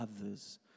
others